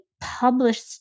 published